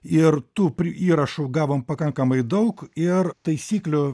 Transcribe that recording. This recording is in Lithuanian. ir tų prie įrašų gavom pakankamai daug ir taisyklių